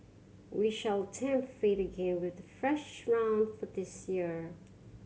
we shall tempt fate again with a fresh round for this year